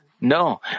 No